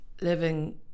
living